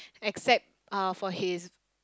except uh for his